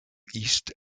east